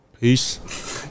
peace